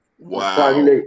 wow